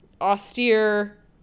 austere